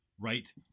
right